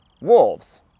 wolves